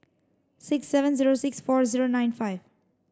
six seven zero six four zero nine five